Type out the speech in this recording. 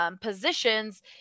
positions